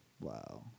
Wow